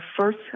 first